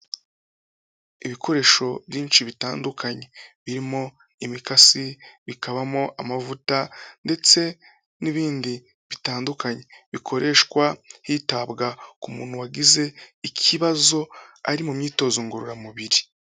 Ibikoresho byinshi bitandukanye birimo imikasi, bikabamo amavuta ndetse n'ibindi bitandukanye. Bikoreshwa hitabwa ku muntu wagize ikibazo ari mu myitozo ngororamubiri.